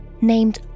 named